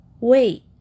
Wait